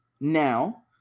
now